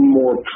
more